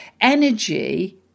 energy